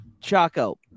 Chaco